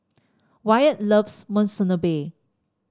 Wyatt loves Monsunabe